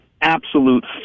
absolute